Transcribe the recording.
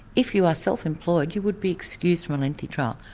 if you are self-employed, you would be excused from a lengthy trial.